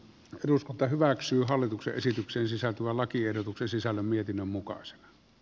eduskunta hyväksyy hallituksen esitykseen sisältyvän lakiehdotuksen sisällön mietinnön mukaan s